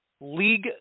League